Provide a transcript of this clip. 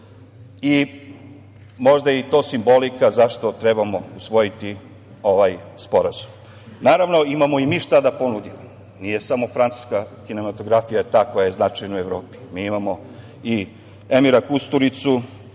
Možda je i to simbolika zašto trebamo usvojiti ovaj sporazum. Naravno, imamo i mi šta da ponudimo. Nije samo francuska kinematografija ta koja je značajna u Evropi. Mi imamo i Emira Kusturicu,